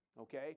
okay